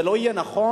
זה לא יהיה נכון,